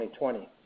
2020